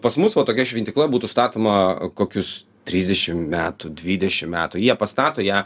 pas mus va tokia šventykla būtų statoma kokius trisdešim metų dvidešim metų jie pastato ją